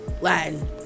latin